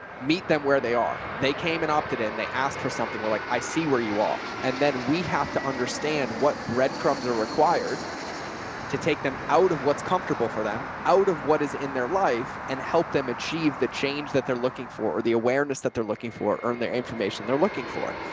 meet them where they are. they came and opted in. they asked for something where like, i see where you are and then we have to understand what breadcrumbs are required to take them out of. what's comfortable for them out of what is in their life and help them achieve the change that they're looking for or the awareness that they're looking for, earned their information they're looking for.